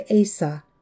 Asa